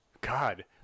God